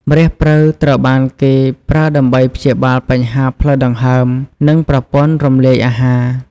ម្រះព្រៅ ត្រូវបានគេប្រើដើម្បីព្យាបាលបញ្ហាផ្លូវដង្ហើម និងប្រព័ន្ធរំលាយអាហារ។